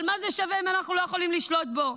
אבל מה זה שווה אם אנחנו לא יכולים לשלוט בו?